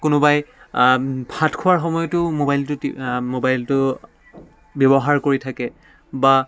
কোনোবাই ভাত খোৱাৰ সময়তো মোবাইলটো টিপ মোবাইলটো ব্যৱহাৰ কৰি থাকে বা